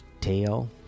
tail